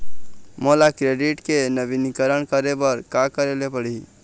मोला क्रेडिट के नवीनीकरण करे बर का करे ले पड़ही?